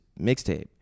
mixtape